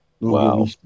Wow